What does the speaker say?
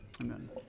Amen